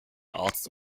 arzt